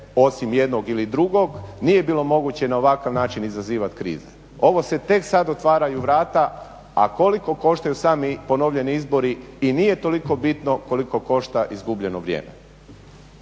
osim jednog ili drugog, nije bilo moguće na ovakav način izazivati krize. Ovo se tek sada otvaraju vrata a koliko koštaju sami ponovljeni izbori i nije toliko bitno koliko košta izgubljeno vrijeme.